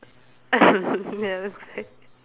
ya that's why